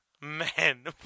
Man